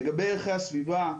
לגבי ערכי הסביבה,